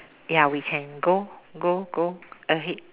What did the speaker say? ya we can go go go ahead